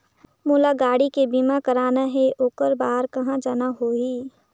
मोला गाड़ी के बीमा कराना हे ओकर बार कहा जाना होही?